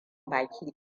baki